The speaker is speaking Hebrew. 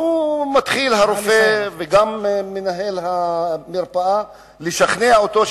הרופא וגם מנהל המרפאה מתחילים לשכנע אותו,